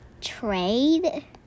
Trade